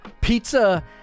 Pizza